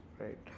right